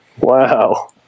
Wow